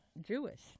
Jewish